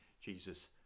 Jesus